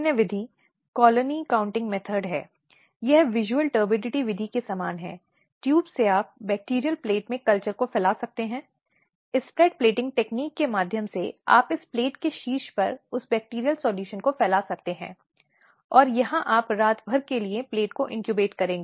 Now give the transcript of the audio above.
अब विशेष रूप से कई बार दो उंगली परीक्षणटू फिंगर टेस्ट के रूप में संदर्भित किया जाता है जिसे यह समझने के लिए रिकॉर्ड लिया जाता है कि क्या महिला को संभोग करने की आदत है